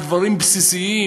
על דברים בסיסיים.